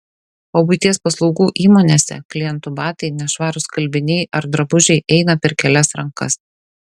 o buities paslaugų įmonėse klientų batai nešvarūs skalbiniai ar drabužiai eina per kelias rankas